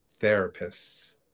therapists